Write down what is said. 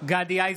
גדי איזנקוט,